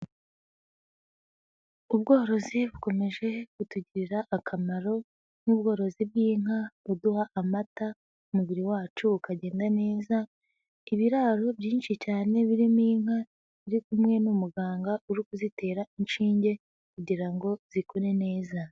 Ubworozi bukomeje kutugirira akamaro nk'ubworozi bw'inka, buduha amata, umubiri wacu ukagenda neza, ibiraro byinshi cyane birimo inka iri kumwe n'umuganga uri kuzitera inshinge kugira ngo zikure neza.